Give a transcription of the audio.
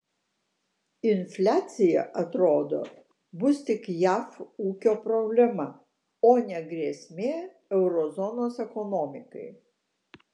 infliacija atrodo bus tik jav ūkio problema o ne grėsmė euro zonos ekonomikai